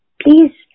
please